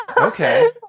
Okay